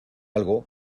algo